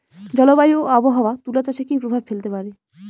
জলবায়ু ও আবহাওয়া তুলা চাষে কি প্রভাব ফেলতে পারে?